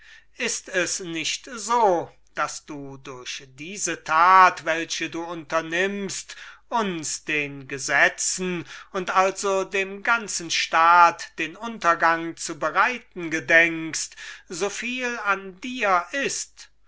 ist es nicht so daß du durch diese tat welche du unternimmst uns den gesetzen und also dem ganzen staat den untergang zu bereiten gedenkst soviel an dir ist